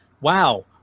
wow